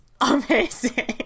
amazing